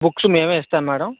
books మేమే ఇస్తాం madam